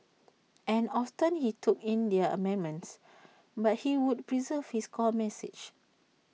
and often he took in their amendments but he would preserve his core message